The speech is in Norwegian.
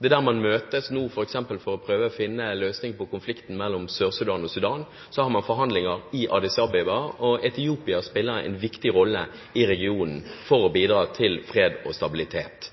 Det er der man møtes nå f.eks. for å prøve å finne en løsning på konflikten mellom Sør-Sudan og Sudan. Man har forhandlinger i Addis Abeba, og Etiopia spiller en viktig rolle i regionen for å bidra til fred og stabilitet.